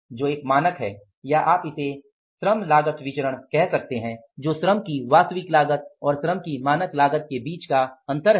जो एक मानक है या आप इसे श्रम लागत विचरण कह सकते हैं जो श्रम की वास्तविक लागत और श्रम की मानक लागत के बीच का अंतर है